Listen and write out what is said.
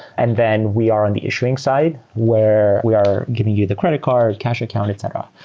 and then we are on the issuing side where we are giving you the credit card, cash account, etc.